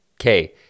Okay